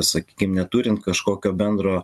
sakykim neturint kažkokio bendro